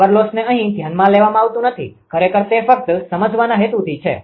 power લોસને અહી ધ્યાનમાં લેવામાં આવતું નથી ખરેખર તે ફક્ત સમજવાના હેતુથી છે